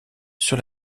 sur